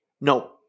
No